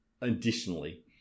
additionally